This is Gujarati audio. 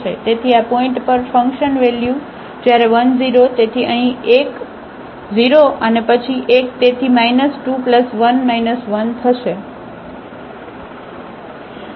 તેથી આ પોઇન્ટ પર ફંકશન વેલ્યુ તેથી જ્યારે 1 0 તેથી 1 અહીં 0 અને પછી 1 તેથી 2 1 1 થશે